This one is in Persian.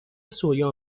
سویا